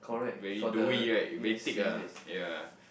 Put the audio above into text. very doughy right very thick ah yea